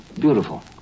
beautiful